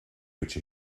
which